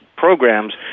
Programs